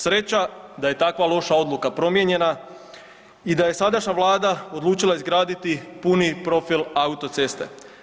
Sreća da je takva loša odluka promijenjena i da je sadašnja Vlada odlučila izgraditi puni profil autoceste.